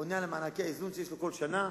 בונה על מענקי האיזון שיש לו כל השנה,